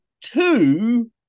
two